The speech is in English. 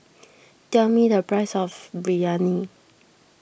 tell me the price of Biryani